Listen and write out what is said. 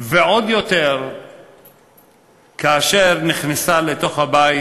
ועוד יותר כאשר היא נכנסה לתוך הבית